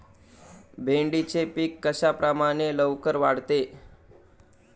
भेंडीचे पीक कशाप्रकारे लवकर वाढते?